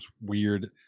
weird